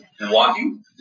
Walking